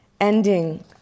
ending